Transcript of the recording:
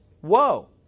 Whoa